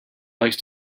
likes